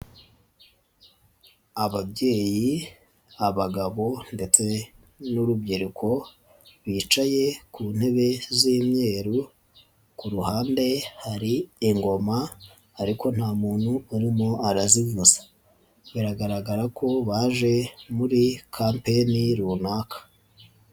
Ababyeyi, abagabo ndetse n'urubyiruko bicaye ku ntebe z'imyeru, ku ruhande hari ingoma ariko nta muntu urimo arazivuga. Biragaragara ko baje muri kampeni runaka.